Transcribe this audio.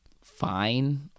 fine